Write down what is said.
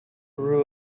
peru